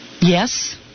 Yes